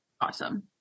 Awesome